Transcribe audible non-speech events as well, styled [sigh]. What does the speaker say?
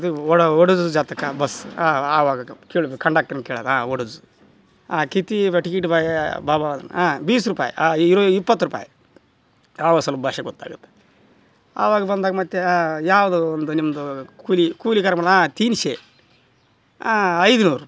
ಇದು ಓಡೋ ಓಡೋಸ್ ಜಾತ ಕಾ ಬಸ್ ಅವಾಗ ಕೇಳಬೇಕು ಕಂಡಕ್ಟರನ್ನ ಕೇಳೋದು ಹಾಂ ಓಡುಸ್ ಕಿತಿ ಟಿಕೀಟ್ ಭಯ್ಯಾ ಬಾಬಾ ಹಾಂ ಬೀಸ್ ರೂಪಾಯಿ ಇರು ಇಪ್ಪತ್ತು ರೂಪಾಯಿ ಅವಾಗ ಸಲ್ಪ ಭಾಷೆ ಗೊತ್ತಾಗುತ್ತೆ ಅವಾಗ ಬಂದಾಗ ಮತ್ತೆ ಯಾವುದು ಒಂದು ನಿಮ್ಮದು ಕೂಲಿ ಕೂಲಿ [unintelligible] ತೀನ್ಶೆ ಐದು ನೂರು ರೂಪಾಯಿ